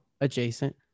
adjacent